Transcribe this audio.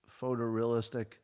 photorealistic